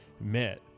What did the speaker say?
met